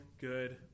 good